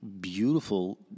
beautiful